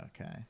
Okay